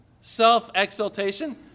self-exaltation